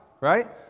right